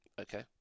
okay